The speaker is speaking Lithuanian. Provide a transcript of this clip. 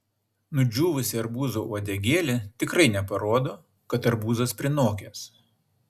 nudžiūvusi arbūzo uodegėlė tikrai neparodo kad arbūzas prinokęs